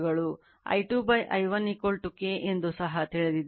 I2 I1 K ಎಂದು ಸಹ ತಿಳಿದಿದ್ದೇವೆ